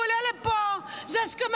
הוא עולה לפה: זה הסכמה